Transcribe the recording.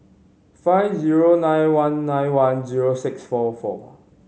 five zero nine one nine one zero six four four